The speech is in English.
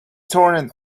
turned